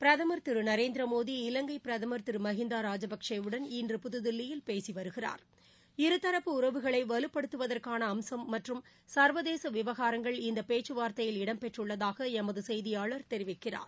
பிரதமர் திரு நரேந்திர மோடி இலங்கை பிரதமர் திரு மகிந்தா ராஜபக்சேவுடன் இன்று புதுதில்லியில் பேசி வருகிறார் இருதரப்பு உறவுகளை வலப்படுத்துவதற்கான அம்சம் மற்றம் சர்வதேச விவகாரங்கள் இந்த பேச்சுவார்த்தையில் இடம்பெற்றுள்ளதாக எமது செய்தியாளர் தெரிவிக்கிறார்